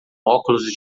óculos